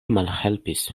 malhelpis